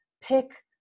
pick